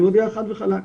אני מודיע חד וחלק,